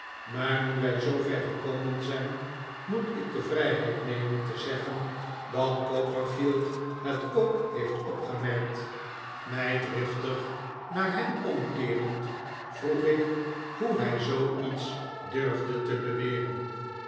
maar nu wij zoover gekomen zijn moet ik de vrijheid nemen te zeggen dat copperfield het ook heeft opgemerkt mij driftig naar hem omkeerend vroeg ik hoe hij zooiets durfde te beweren